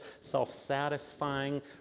self-satisfying